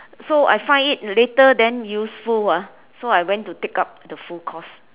so I find it later then useful ah so I went to take up the full course